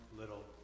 little